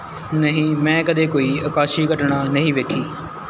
ਨਹੀਂ ਮੈਂ ਕਦੇ ਕੋਈ ਆਕਾਸ਼ੀ ਘਟਨਾ ਨਹੀਂ ਵੇਖੀ